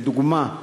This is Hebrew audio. לדוגמה,